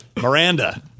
Miranda